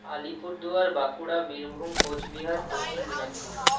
আলিপুরদুয়ার বাঁকুড়া বীরভূম কোচবিহার দক্ষিণ দিনাজপুর